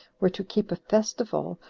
were to keep a festival,